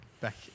back